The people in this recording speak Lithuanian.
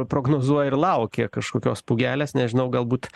prognozuoja ir laukia kažkokios pūgelės nežinau galbūt